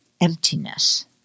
emptiness